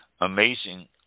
amazing